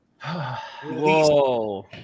Whoa